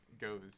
goes